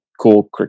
cool